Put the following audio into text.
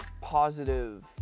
positive